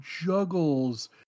juggles